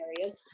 areas